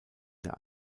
der